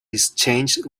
exchange